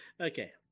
Okay